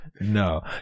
No